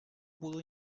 pudo